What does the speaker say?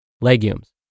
legumes